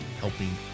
helping